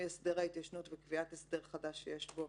הסדר ההתיישנות וקביעת הסדר חדש שיש בו